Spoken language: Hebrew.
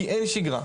כי אין שיגרה.